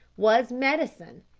was medicine.